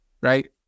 Right